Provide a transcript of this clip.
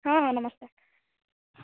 ହଁ ହଁ ନମସ୍କାର